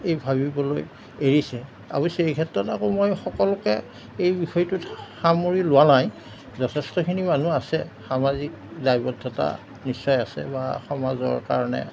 এই ভাবিবলৈ এৰিছে অৱশ্যে এই ক্ষেত্ৰত আকৌ মই সকলোকে এই বিষয়টোত সামৰি লোৱা নাই যথেষ্টখিনি মানুহ আছে সামাজিক দায়বদ্ধতা নিশ্চয় আছে বা সমাজৰ কাৰণে